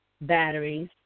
batteries